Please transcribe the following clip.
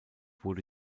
wurde